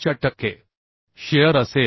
5 टक्के शिअर असेल